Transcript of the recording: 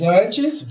antes